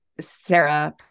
Sarah